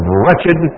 wretched